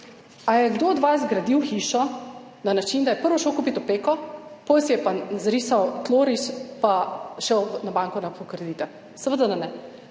je kdo od vas gradil hišo na način, da je najprej šel kupit opeko, potem si je pa zrisal tloris pa šel na banko po kredit? Seveda, da ne.